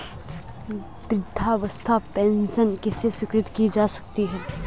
वृद्धावस्था पेंशन किसे स्वीकृत की जा सकती है?